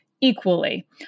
equally